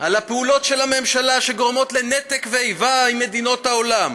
ועל הפעולות של הממשלה שגורמות לנתק ואיבה עם מדינות העולם,